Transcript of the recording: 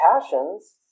passions